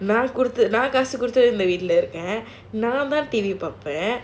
நான் ஒருத்தி இருக்கேன் நான் தான் தேடி பார்ப்பேன்:naan oruthi irukkaen naan than thaedi paarppaen